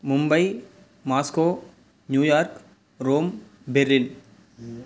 Mumbai Moscow New York Rome Berlin